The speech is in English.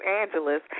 Angeles